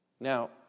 Now